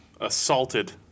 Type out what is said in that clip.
assaulted